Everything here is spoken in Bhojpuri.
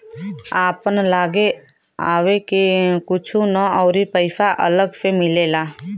आपन लागे आवे के कुछु ना अउरी पइसा अलग से मिलेला